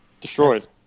Destroyed